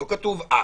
לא כתוב אח.